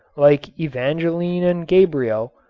like evangeline and gabriel,